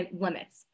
limits